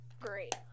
great